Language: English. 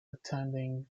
attending